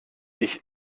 ich